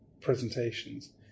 presentations